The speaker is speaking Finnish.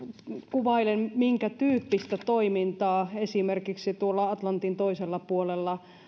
kuvailen minkätyyppistä toimintaa esimerkiksi tuolla atlantin toisella puolella